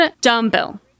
Dumbbell